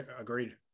Agreed